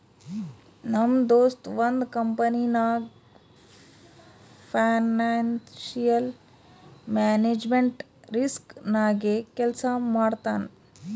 ನಮ್ ದೋಸ್ತ ಒಂದ್ ಕಂಪನಿನಾಗ್ ಫೈನಾನ್ಸಿಯಲ್ ಮ್ಯಾನೇಜ್ಮೆಂಟ್ ರಿಸ್ಕ್ ನಾಗೆ ಕೆಲ್ಸಾ ಮಾಡ್ತಾನ್